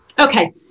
Okay